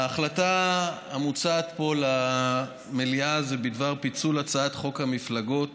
ההחלטה המוצעת פה למליאה היא בדבר פיצול הצעת חוק המפלגות